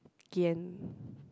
gain